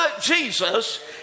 Jesus